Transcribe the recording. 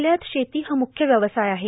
जिल्ह्यात शेती हा म्रख्य व्यवसाय आहे